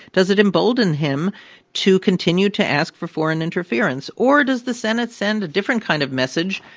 does it embolden him to continue to ask for foreign interference? or does the senate send a different kind of message?